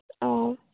অঁ